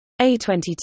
A22